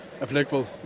applicable